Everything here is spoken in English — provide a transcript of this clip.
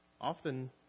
Often